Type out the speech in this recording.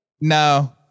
No